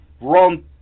Wrong